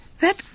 That